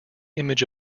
image